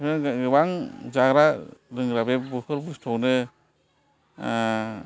गोबां जाग्रा लोंग्रा बे बटल बुसथुआवनो